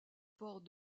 port